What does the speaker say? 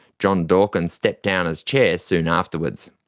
john dawkins stepped down as chair soon afterwards.